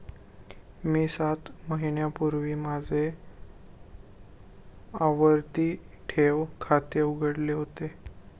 मी सात महिन्यांपूर्वी माझे आवर्ती ठेव खाते उघडले होते